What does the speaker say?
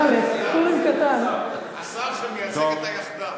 איפה השר מהיחדה?